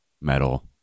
metal